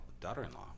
daughter-in-law